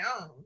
own